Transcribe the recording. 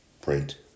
print